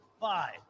five